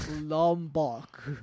Lombok